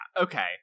okay